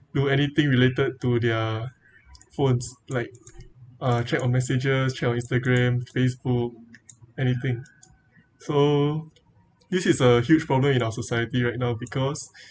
do anything related to their phones like uh check on messages check on instagram facebook anything so this is a huge problem in our society right now because